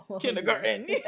kindergarten